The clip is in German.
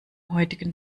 heutigen